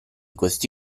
questo